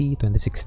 2016